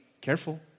Careful